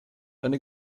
eine